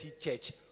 church